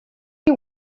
you